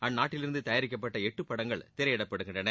அந்நாட்டிலிருந்து தயாரிக்கப்பட்ட எட்டு படங்கள் திரையிடப்படுகின்றன